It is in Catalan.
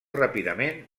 ràpidament